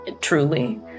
Truly